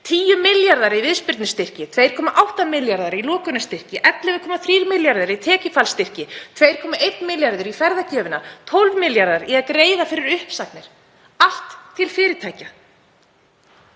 10 milljarðar í viðspyrnustyrki, 2,8 milljarðar í lokunarstyrki, 11,3 milljarðar í tekjufallsstyrki 2,1 milljarður í ferðagjöfina, 12 milljarðar í að greiða fyrir uppsagnir. Allt til fyrirtækja.